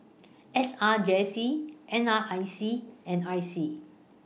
S R J C N R I C and I C